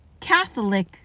Catholic